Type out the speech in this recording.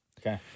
Okay